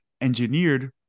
engineered